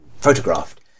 photographed